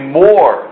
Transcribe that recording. more